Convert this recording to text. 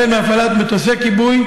הפעלת מטוסי כיבוי,